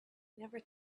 never